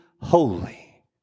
holy